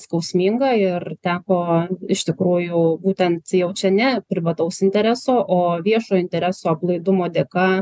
skausminga ir teko iš tikrųjų būtent jau čia ne privataus intereso o viešojo intereso aplaidumo dėka